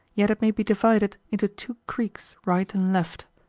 yet it may be divided into two creeks right and left.